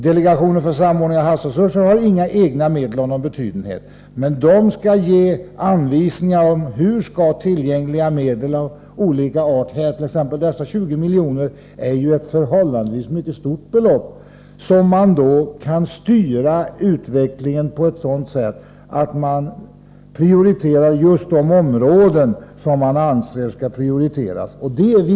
Delegationen för samordning av havsresursverksamheten har inga medel av någon betydenhet, men den skall ge anvisningar för hur tillgängliga medel av olika art skall utnyttjas — dessa 20 miljoner ärt.ex. ett förhållandevis mycket stort belopp — så att man kan styra utvecklingen på ett sådant sätt att man prioriterar just de områden som man anser skall prioriteras.